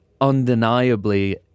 undeniably